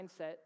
mindset